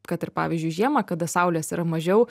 kad ir pavyzdžiui žiemą kada saulės yra mažiau